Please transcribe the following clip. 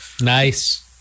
Nice